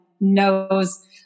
knows –